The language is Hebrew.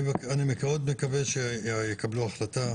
אני מאוד מקווה שיקבלו החלטה